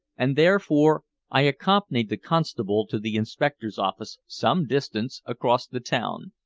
and therefore i accompanied the constable to the inspector's office some distance across the town.